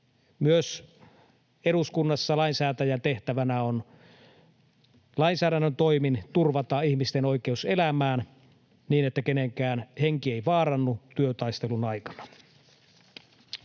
myös eduskunnassa lainsäätäjän tehtävänä on lainsäädännön toimin turvata ihmisten oikeus elämään niin, että kenenkään henki ei vaarannu työtaistelun aikana.